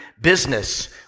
business